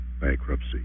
bankruptcy